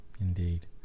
indeed